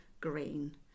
green